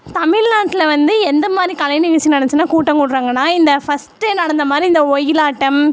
தமிழ்நாட்டில் வந்து எந்தமாதிரி கலை நிகழ்ச்சி நடந்துச்சுனா கூட்டம் கூடுகிறாங்கன்னா இந்த ஃபஸ்ட்டு நடந்த மாதிரி இந்த ஒயிலாட்டம்